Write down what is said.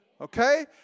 Okay